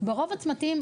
ברוב הצמתים,